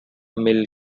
mill